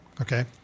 Okay